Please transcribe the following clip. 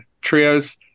trios